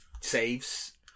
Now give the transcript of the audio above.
saves